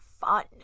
fun